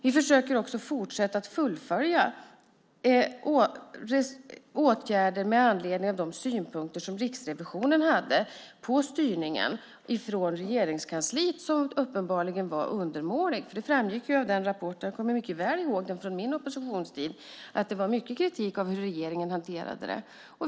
Vi försöker också fullfölja genom att vidta åtgärder med anledning av de synpunkter som Riksrevisionen hade på styrningen från Regeringskansliet. Den var uppenbarligen undermålig. Det framgick av den rapporten. Jag kommer mycket väl ihåg den från min oppositionstid. Det var mycket kritik av hur regeringen hanterade det.